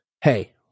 hey